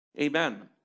Amen